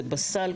זה בסל.